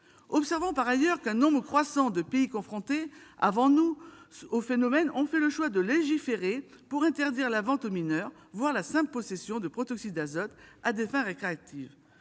Observons par ailleurs qu'un nombre croissant de pays confrontés avant nous à ce phénomène ont fait le choix de légiférer pour interdire la vente aux mineurs, voire la simple possession de protoxyde d'azote à des fins récréatives